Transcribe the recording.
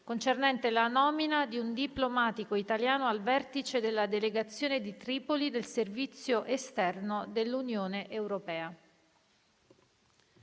finestra") sulla nomina di un diplomatico italiano al vertice della delegazione di Tripoli del servizio esterno dell'Unione europea,